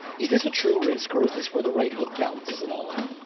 is this a true risk, or is this where the right hook balances it all out?